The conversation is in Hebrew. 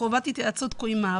חובת ההתייעצות קוימה.